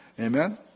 Amen